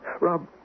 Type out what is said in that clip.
Rob